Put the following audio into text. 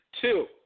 Two